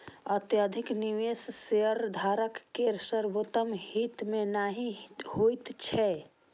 अत्यधिक निवेश शेयरधारक केर सर्वोत्तम हित मे नहि होइत छैक